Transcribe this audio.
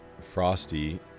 Frosty